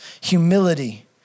humility